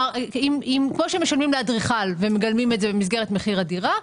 כמו שמשלמים לאדריכל ומגלמים את זה במסגרת מחיר הדירה,